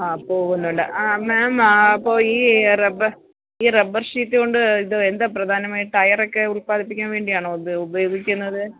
ആ പോവുന്നുണ്ട് ആ മേം അപ്പോള് ഈ റബ്ബർ ഈ റബ്ബർ ഷീറ്റ് കൊണ്ട് ഇത് എന്താ പ്രധാനമായും ടയറൊക്കെ ഉൽപ്പാദിപ്പിക്കാന് വേണ്ടിയാണോ ഇത് ഉപയോഗിക്കുന്നത്